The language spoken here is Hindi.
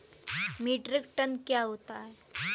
मीट्रिक टन क्या होता है?